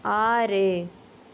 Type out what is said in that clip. ஆறு